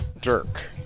Dirk